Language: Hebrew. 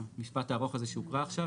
המשפט הארוך הזה שהוקרא עכשיו,